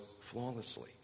flawlessly